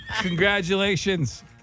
Congratulations